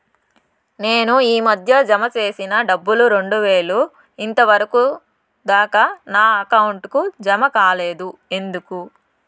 నేను ఈ మధ్య జామ సేసిన డబ్బులు రెండు వేలు ఇంతవరకు దాకా నా అకౌంట్ కు జామ కాలేదు ఎందుకు?